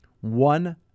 One